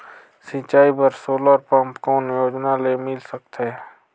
सिंचाई बर solar pump कौन योजना ले मिल सकथे?